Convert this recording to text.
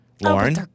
Lauren